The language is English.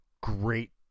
great